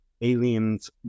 Aliens